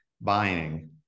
buying